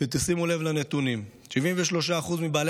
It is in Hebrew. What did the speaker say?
ועכשיו שימו לב לנתונים: 73% מבעלי